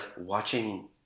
watching